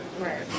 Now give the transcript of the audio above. Right